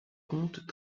contes